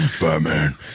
Batman